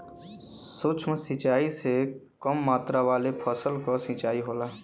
सूक्ष्म सिंचाई से कम मात्रा वाले फसल क सिंचाई होला